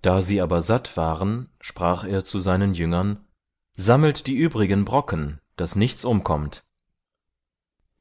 da sie aber satt waren sprach er zu seinen jüngern sammelt die übrigen brocken daß nichts umkommt